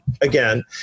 again